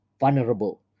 vulnerable